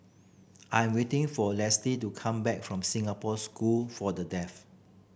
I'm waiting for to come back from Singapore School for The Deaf